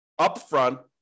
upfront